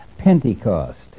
Pentecost